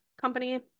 company